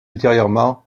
ultérieurement